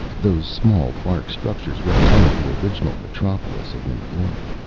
those small bark structures represented the original metropolis of new york.